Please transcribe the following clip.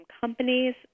companies